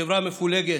חברה מפולגת,